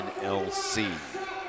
NLC